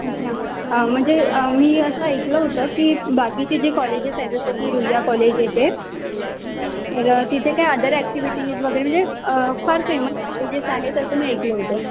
अच्छा म्हणजे मी असं ऐकलं होतं की बाकीचे जे कॉलेजेस आहे जसं की रुईया कॉलेज हे ते तर तिथे काय अदर ॲक्टिव्हिटीज वगैरे म्हणजे फार फेमस कॉलेजेस आहेत असं मी ऐकलं होतं